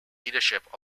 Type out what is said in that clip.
leadership